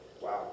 Wow